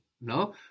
No